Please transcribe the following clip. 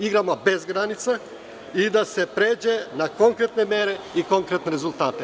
igrama bez granica i da se pređe na konkretne mere i konkretne rezultate.